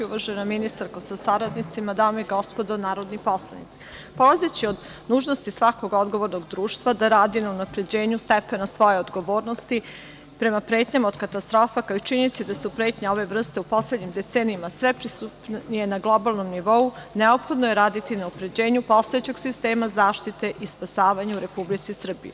Uvažena ministarko sa saradnicima, dame i gospodo narodni poslanici, polazeći od dužnosti svakog odgovornog društva da radi na unapređenju stepena svoje odgovornosti prema pretnjama od katastrofa, kao i činjenice da su pretnje ove vrste u poslednjim decenijama sve prisutnije na globalnom nivou, neophodno je raditi na unapređenju postojećeg sistema zaštite i spasavanja u Republici Srbiji.